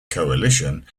coalition